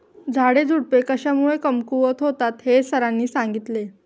झाडेझुडपे कशामुळे कमकुवत होतात हे सरांनी सांगितले